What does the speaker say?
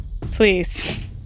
please